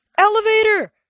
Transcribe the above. Elevator